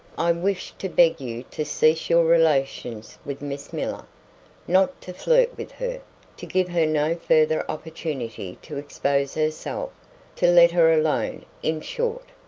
i wished to beg you to cease your relations with miss miller not to flirt with her to give her no further opportunity to expose herself to let her alone, in short.